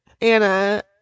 Anna